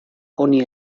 honi